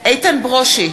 איתן ברושי,